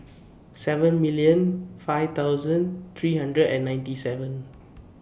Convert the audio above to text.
seven million five thousand three hundred and ninety seven